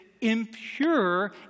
impure